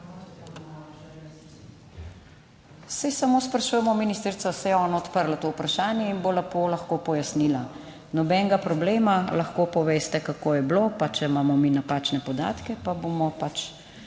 saj samo sprašujemo ministrico, saj je ona odprla to vprašanje in bo lepo lahko pojasnila, nobenega problema. Lahko poveste kako je bilo, pa če imamo mi napačne podatke, pa bomo pač